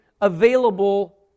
available